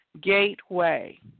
Gateway